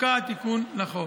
יפקע התיקון לחוק.